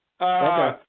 Okay